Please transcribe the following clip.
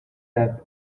have